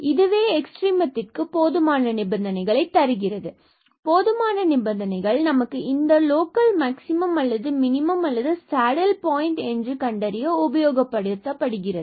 இதுவே எக்ஸ்ட்ரீமம்க்கு போதுமான நிபந்தனைகளை தருகிறது எனவே போதுமான நிபந்தனைகள் நமக்கு இந்த புள்ளிகள் லோக்கல் மேக்ஸிமம் அல்லது மினிமம் அல்லது சேடில் பாயின்ட் என்று கண்டறிய உபயோகப்படுகிறது